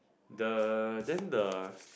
the then the